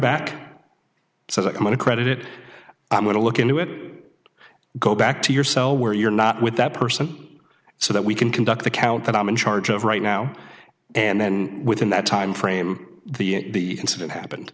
back so they're going to credit it i'm going to look into it go back to your cell where you're not with that person so that we can conduct the count that i'm in charge of right now and then within that time frame the incident happened